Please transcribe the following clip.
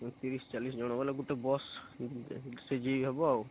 ତିରିଶ୍ ଚାଲିଶ୍ ଜଣ ବୋଲେ ଗୋଟେ ବସ୍ ହେବ